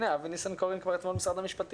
ננסה להשיב על מה שנשאלנו.